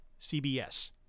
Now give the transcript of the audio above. CBS